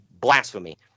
Blasphemy